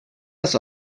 das